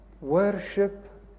worship